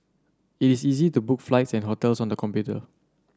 it is easy to book flights and hotels on the computer